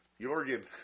Jorgen